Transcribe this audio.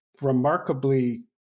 remarkably